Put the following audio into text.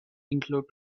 include